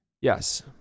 Yes